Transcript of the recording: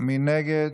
מי נגד?